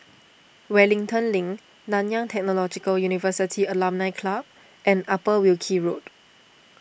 Wellington Link Nanyang Technological University Alumni Club and Upper Wilkie Road